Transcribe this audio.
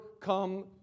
come